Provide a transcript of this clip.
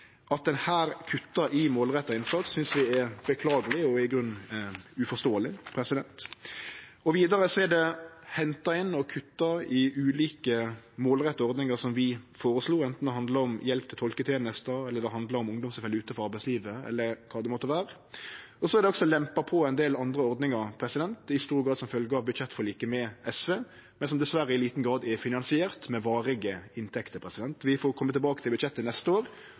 At ein her kuttar i målretta innsats, synest vi er beklageleg og i grunnen uforståeleg. Vidare er det henta inn og kutta i ulike målretta ordningar som vi føreslo, anten det handlar om hjelp til tolketenester, ungdom som fell utanfor arbeidslivet, eller kva det måtte vere. Det er også lempa på ein del andre ordningar, i stor grad som følge av budsjettforliket med SV, men som dessverre i liten grad er finansierte med varige inntekter. Vi får kome tilbake til budsjettet neste år